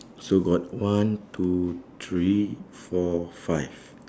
so got one two three four five